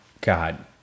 god